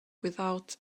without